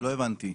לא הבנתי.